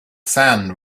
sand